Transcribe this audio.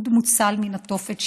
אוד מוצל מן התופת,